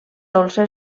dolça